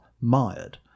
mired